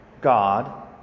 God